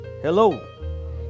Hello